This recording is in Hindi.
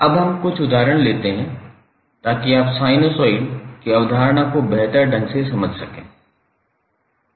अब हम कुछ उदाहरण लेते हैं ताकि आप साइनसॉइड की अवधारणा को बेहतर ढंग से समझ सकें